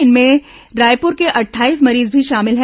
इनमें रायपुर के अट्ठाईस मरीज भी शामिल हैं